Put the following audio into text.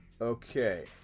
Okay